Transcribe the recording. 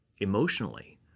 emotionally